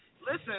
Listen